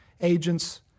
agent's